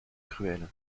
cruels